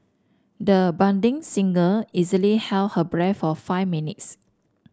the budding singer easily held her breath for five minutes